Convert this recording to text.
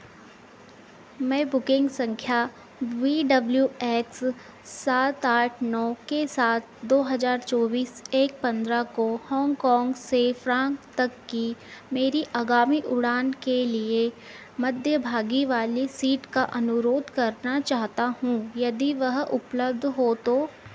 मैं बुकिंग संख्या V W X सात आठ नौ के साथ दो हज़ार चौबीस एक पन्द्रह को हांगकांग से फ्रांग तक की मेरी आगामी उड़ान के लिए मध्यभागी वाली सीट का अनुरोध करना चाहता हूँ यदि वह उपलब्ध हो तो